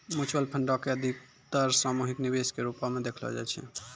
mutual फंडो के अधिकतर सामूहिक निवेश के रुपो मे देखलो जाय छै